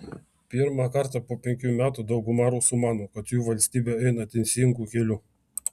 pirmą kartą po penkių metų dauguma rusų mano kad jų valstybė eina teisingu keliu